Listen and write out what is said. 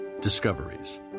Discoveries